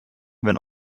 wenn